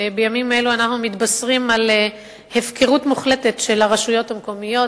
בימים אלו אנחנו מתבשרים על הפקרות מוחלטת של הרשויות המקומיות.